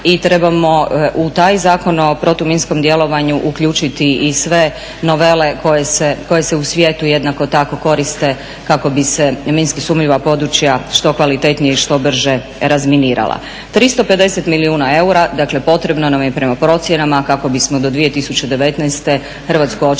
i trebamo u taj Zakon o protuminskom djelovanju uključiti i sve novele koje se u svijetu jednako tako koriste kako bi se minski sumnjiva područja što kvalitetnije i što brže razminirala. 350 milijuna eura, dakle potrebno nam je prema procjenama kako bi smo do 2019. Hrvatsku očistili